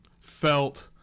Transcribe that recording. felt